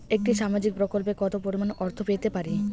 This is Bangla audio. একটি সামাজিক প্রকল্পে কতো পরিমাণ অর্থ পেতে পারি?